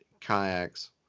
kayaks